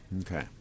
Okay